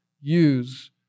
use